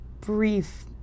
brief